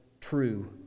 true